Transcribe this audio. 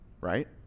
right